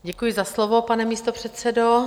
Děkuji za slovo, pane místopředsedo.